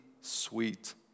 sweet